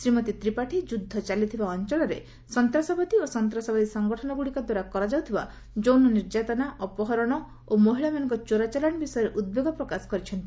ଶ୍ରୀମତୀ ତ୍ରିପାଠୀ ଯୁଦ୍ଧ ଚାଲିଥିବା ଅଞ୍ଚଳରେ ସନ୍ତାସବାଦୀ ଓ ସନ୍ତାସବାଦୀ ସଙ୍ଗଠନଗୁଡ଼ିକଦ୍ୱାରା କରାଯାଉଥିବା ଯୌନ ନିର୍ଯାତନା ଅପହରଣ ଓ ମହିଳାମାନଙ୍କ ଚୋରାଚାଲାଣ ବିଷୟରେ ଉଦ୍ବେଗ ପ୍ରକାଶ କରିଛନ୍ତି